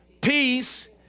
Peace